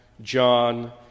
John